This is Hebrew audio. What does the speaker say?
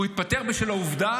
הוא התפטר בשל העובדה